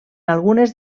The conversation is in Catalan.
algunes